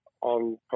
on